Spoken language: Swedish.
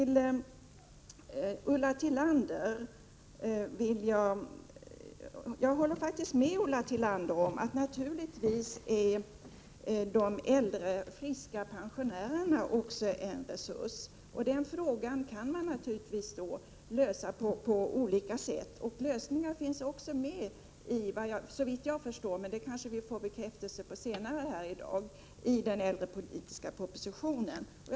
Jag håller faktiskt med Ulla Tillander om att de äldre friska pensionärerna är en resurs. Frågan om att kunna utnyttja denna resurs kan naturligtvis lösas på olika sätt, och förslag till lösningar finns också såvitt jag förstår med i den äldrepolitiska propositionen, men det kanske vi får bekräftelse på senare i dag.